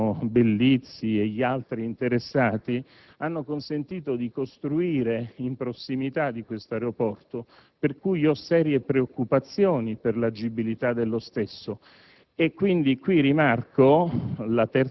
dei vari Comuni interessati (Pontecagnano, Bellizzi e gli altri) hanno consentito di costruire in prossimità dell'aeroporto per cui ho serie preoccupazioni per l'agibilità dello stesso.